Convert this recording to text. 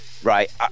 Right